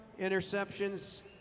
interceptions